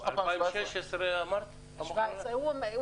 2016 אמרת פעם האחרונה?